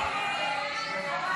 הסתייגות 54 לא נתקבלה.